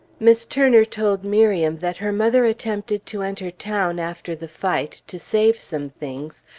miss turner told miriam that her mother attempted to enter town after the fight to save some things,